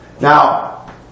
now